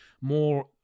more